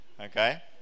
Okay